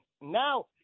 Now